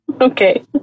Okay